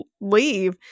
leave